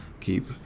keep